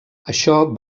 això